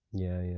yeah, yeah.